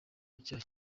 icyaha